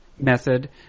Method